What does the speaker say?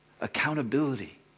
Accountability